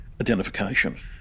identification